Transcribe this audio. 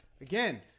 again